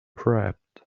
prepped